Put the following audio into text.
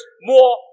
more